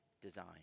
design